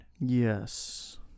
Yes